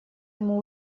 ему